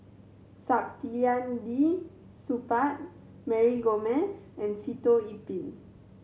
Saktiandi Supaat Mary Gomes and Sitoh Yih Pin